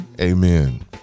Amen